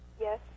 Yes